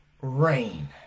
rain